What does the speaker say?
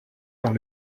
dans